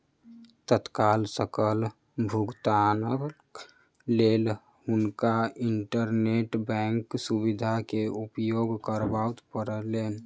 तत्काल सकल भुगतानक लेल हुनका इंटरनेट बैंकक सुविधा के उपयोग करअ पड़लैन